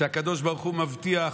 שהקדוש ברוך הוא מבטיח,